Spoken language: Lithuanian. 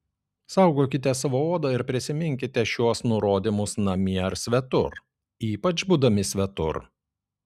saugokite savo odą ir prisiminkite šiuos nurodymus namie ar svetur ypač būdami svetur